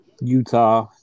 Utah